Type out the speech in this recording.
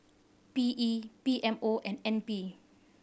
P E P M O and N P